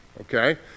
okay